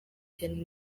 cyane